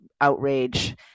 outrage